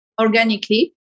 organically